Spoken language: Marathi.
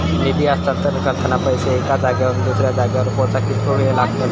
निधी हस्तांतरण करताना पैसे एक्या जाग्यावरून दुसऱ्या जाग्यार पोचाक कितको वेळ लागतलो?